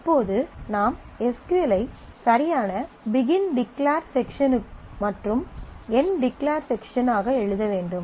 இப்போது நாம் S Q L ஐ சரியான பிகின் டிக்ளர் செக்ஷன் மற்றும் எண்ட் டிக்ளர் செக்ஷன் ஆக எழுத வேண்டும்